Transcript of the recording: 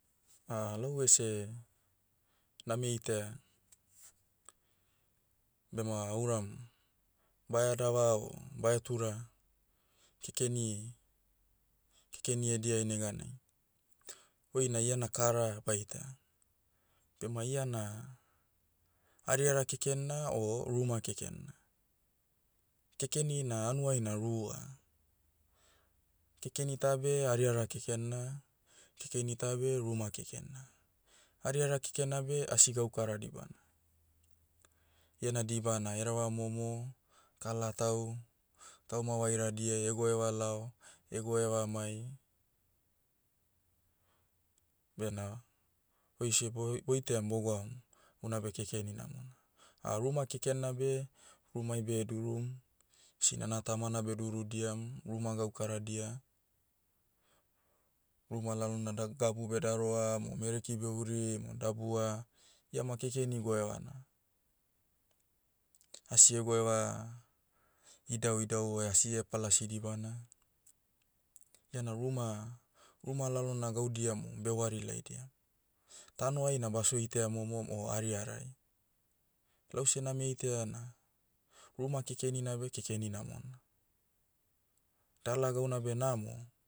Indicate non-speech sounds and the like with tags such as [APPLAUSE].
[HESITATION] lau ese, name itaia, bema ouram, baheadava o bahetura, kekeni- kekeni ediai neganai, oina iena kara baita. Bema iana, ariara keken na o ruma keken na. Kekeni na hanuai na rua. Kekeni tabe ariara keken na, kekeni tabe ruma keken na. Ariara keken nabe asi gaukara dibana. Iena diba na hereva momo, kalatau, tauma vairadiai hegoeva lao, hegoeva mai, bena, oise boh- boitam bogwaum, unabe kekeni namona. A ruma keken na beh, rumai behedurum, sinana tamana bedurudiam, ruma gaukaradia, ruma lalona da- gabu bedaroam o mereki behurim o dabua, iama kekeni goevana. Asi hegoeva, idauidau oe asi hepalasi dibana. Iana ruma- ruma lalona gaudia mo bewari laidiam. Tanoai na basio itaia momom o ariarai. Lause name itaia na, ruma kekenina beh kekeni namona. Dala gauna beh namo,